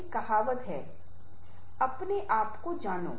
एक कहावत है अपने आप को जानो